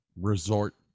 resort